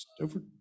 over